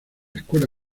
escuela